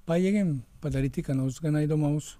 pajėgėm padaryti ką nors gana įdomaus